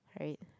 right